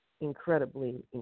incredibly